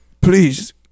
Please